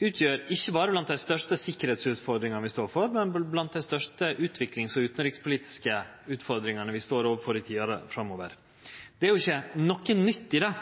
ikkje berre utgjer dei største sikkerheitsutfordringane vi står overfor, men er blant dei største utviklings- og utanrikspolitiske utfordringane vi står overfor i tida framover. Det er ikkje noko nytt i det,